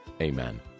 Amen